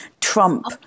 Trump